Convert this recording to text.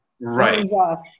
Right